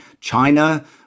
China